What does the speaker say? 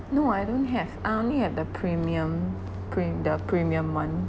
no I don't have I only have the premium prem~ the premium [one]